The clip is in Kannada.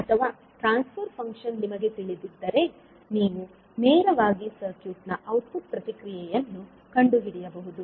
ಅಥವಾ ಟ್ರಾನ್ಸ್ ಫರ್ ಫಂಕ್ಷನ್ ನಿಮಗೆ ತಿಳಿದಿದ್ದರೆ ನೀವು ನೇರವಾಗಿ ಸರ್ಕ್ಯೂಟ್ ನ ಔಟ್ಪುಟ್ ಪ್ರತಿಕ್ರಿಯೆಯನ್ನು ಕಂಡುಹಿಡಿಯಬಹುದು